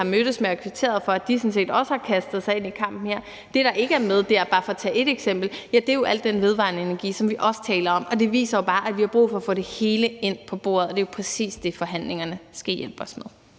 har mødtes med og har kvitteret over for, sådan set også har kastet sig ind i kampen her. Det, der ikke er med – bare for at tage ét eksempel – er jo al den vedvarende energi, som vi også taler om. Og det viser bare, at vi har brug for at få det hele ind på bordet, og det er jo præcis det, forhandlingerne skal hjælpe os med.